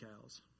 cows